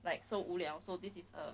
like so 无聊 so this is a